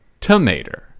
tomato